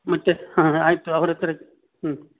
ಮತ್ತೆ ಹಾಂ ಆಯಿತು ಅವರ ಹತ್ರ ಹ್ಞೂ